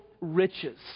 riches